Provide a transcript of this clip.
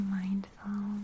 mindful